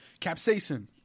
capsaicin